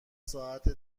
ساعت